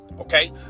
Okay